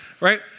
right